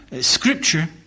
scripture